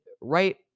right